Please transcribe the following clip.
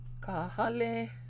Kahale